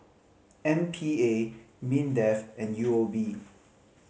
M P A MINDEF and U O B